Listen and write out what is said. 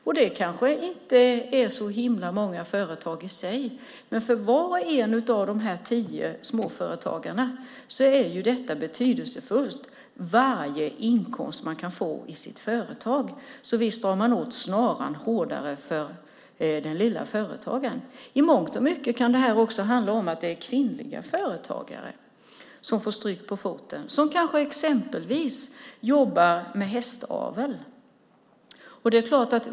Det är kanske inte så många företag, men för var och en av de tio småföretagarna är varje möjlighet till inkomst betydelsefull. Visst drar man åt snaran hårdare för den lilla företagaren. I mångt och mycket handlar det om att kvinnliga företagare får stryka på foten, exempelvis de som jobbar med hästavel.